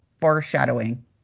foreshadowing